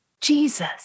Jesus